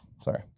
Sorry